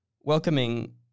welcoming